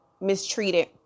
mistreated